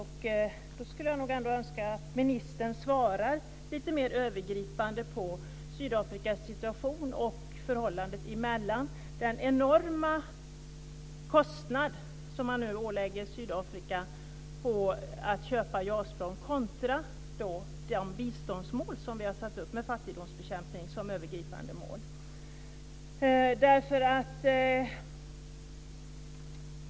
Därför skulle jag nog ändå önska att ministern svarade lite mer övergripande på frågorna om Sydafrikas situation och förhållandet mellan den enorma kostnad som vi nu ålägger Sydafrika för att köpa JAS-plan och de biståndsmål som vi har satt upp med fattigdomsbekämpning som övergripande mål.